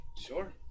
Sure